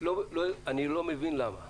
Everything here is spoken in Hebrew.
אני לא מבין למה